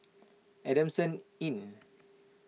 Adamson Inn